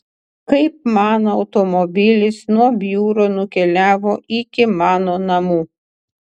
kaip mano automobilis nuo biuro nukeliavo iki mano namų